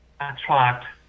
attract